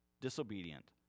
disobedient